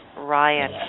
Ryan